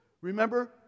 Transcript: Remember